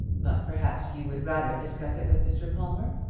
but perhaps you would rather discuss it with mr. palmer.